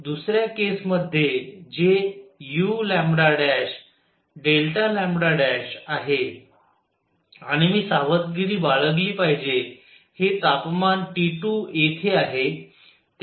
दुसऱ्या केस मध्ये जे u आहे आणि मी सावधगिरी बाळगली पाहिजे हे तापमान T2 येथे आहे